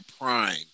prime